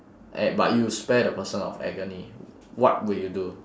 eh but you spare the person of agony what would you do